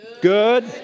good